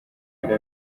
yari